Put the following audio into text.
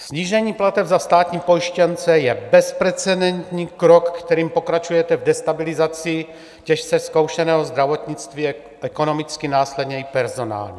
Snížení plateb za státní pojištěnce je bezprecedentní krok, kterým pokračujete v destabilizaci těžce zkoušeného zdravotnictví ekonomicky a následně i personálně.